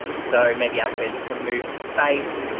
so maybe i could remove the space,